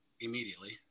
immediately